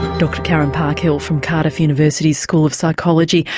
dr karen parkhill from cardiff university's school of psychology.